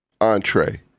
entree